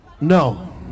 No